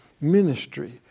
ministry